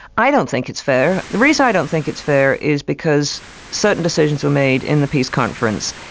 i don't think it's fair. the reason i don't think it's fair is because certain decisions were made in the peace conference,